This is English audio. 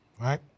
right